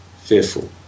fearful